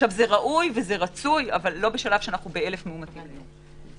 זה ראוי ורצוי, אבל לא בשלב של אלף מאומתים ביום.